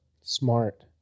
Smart